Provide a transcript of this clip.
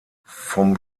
vom